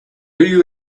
you